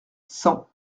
cent